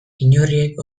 inurriek